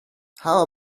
how